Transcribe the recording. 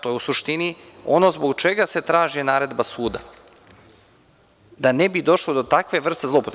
To je u suštini ono zbog čega se traži naredba suda, da ne bi došlo do takve vrste zloupotrebe.